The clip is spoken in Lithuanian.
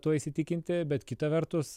tuo įsitikinti bet kita vertus